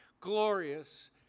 glorious